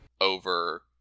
over